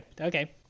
okay